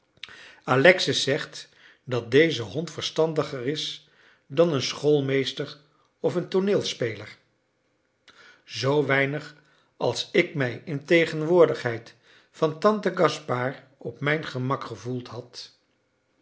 alexis zegt dat deze hond verstandiger is dan een schoolmeester of een tooneelspeler zoo weinig als ik mij in tegenwoordigheid van tante gaspard op mijn gemak gevoeld had